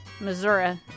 Missouri